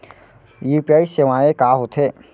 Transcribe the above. UPI सेवाएं का होथे